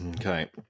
Okay